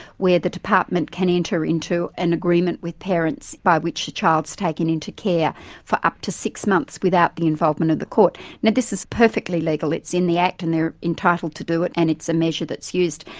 where the department can enter into an agreement with parents by which the child's taken into care for up to six months without the involvement of the court. now, this is perfectly legal it's in the act and they're entitled to do it and it's a measure that's used,